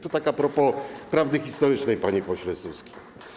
To tak a propos prawdy historycznej, panie pośle Suski.